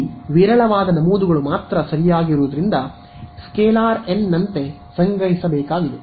ಇಲ್ಲಿ ವಿರಳವಾದ ನಮೂದುಗಳು ಮಾತ್ರ ಸರಿಯಾಗಿರುವುದರಿಂದ ಸ್ಕೇಲಾರ್ n ನಂತೆ ಸಂಗ್ರಹಿಸಬೇಕಾಗಿದೆ